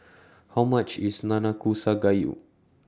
How much IS Nanakusa Gayu